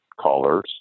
callers